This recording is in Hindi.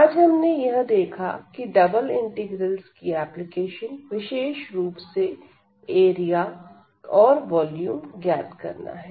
आज हमने यह देखा की डबल इंटीग्रल्स की एप्लीकेशन विशेष रुप से एरिया और वॉल्यूम ज्ञात करना है